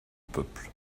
peuple